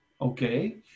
okay